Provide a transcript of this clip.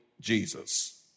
Jesus